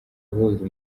uhuza